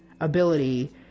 ability